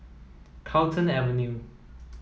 Carlton Avenue